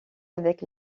avec